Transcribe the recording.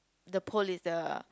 the pole is the